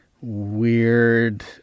weird